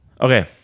Okay